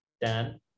Dan